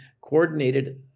coordinated